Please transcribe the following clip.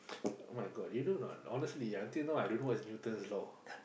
oh my god you know a not honestly until now I don't know what is Newton's Law